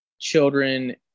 children